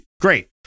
Great